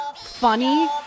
funny